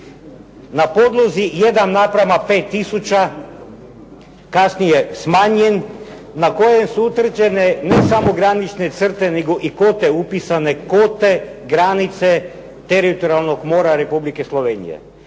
na podlozi 1 na prema 5 tisuća kasnije smanjen, na kojem su utvrđene ne samo granične crte nego i kote upisane, kote granice teritorijalnog mora Republike Slovenije.